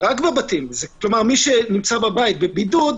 מי שנמצא בבית בבידוד,